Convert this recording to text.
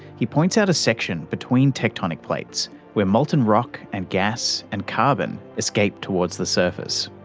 he points out a section between tectonic plates where molten rock and gas and carbon escape towards the surface.